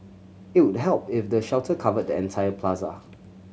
it would help if the shelter covered the entire plaza